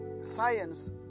science